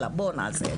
בואו נעשה את זה.